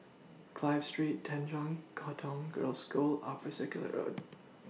Clive Street Tanjong Katong Girls' School Upper Circular Road